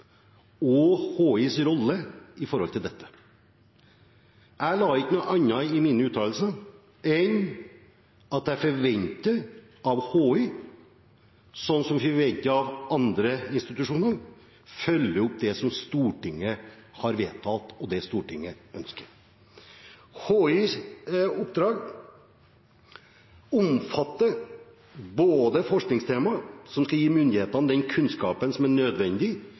og HIs rolle i dette, la jeg ikke noe annet i mine uttalelser enn at jeg forventer av HI, som jeg forventer av andre institusjoner, at de følger opp det som Stortinget har vedtatt, og det Stortinget ønsker. HIs oppdrag omfatter forskningstemaer som skal gi myndighetene den kunnskapen som er nødvendig